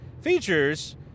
features